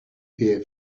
here